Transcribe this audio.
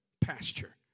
pasture